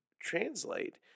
translate